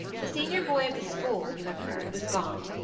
the senior boy of the school, you have heard, was gaunt.